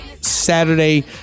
Saturday